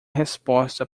resposta